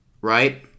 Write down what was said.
Right